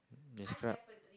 describe